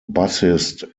bassist